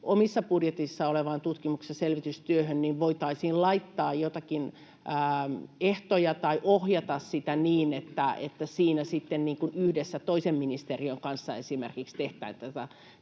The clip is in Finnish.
omissa budjeteissa olevaan tutkimus- ja selvitystyöhön, voitaisiin laittaa joitakin ehtoja tai ohjata sitä niin, että siinä esimerkiksi yhdessä toisen ministeriön kanssa tehdään tätä